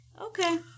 Okay